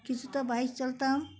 কিছুটা বাইক চালাতাম